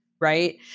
right